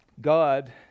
God